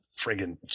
friggin